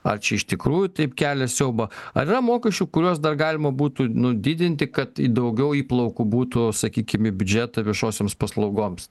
ar čia iš tikrųjų taip kelia siaubą ar yra mokesčių kuriuos dar galima būtų nu didinti kad daugiau įplaukų būtų sakykim į biudžetą viešosioms paslaugoms